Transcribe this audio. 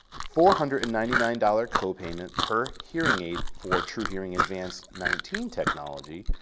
four hundred and ninety nine dollars copayment per hearing aid for truhearing advanced nineteen technology,